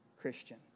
Christian